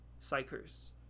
psychers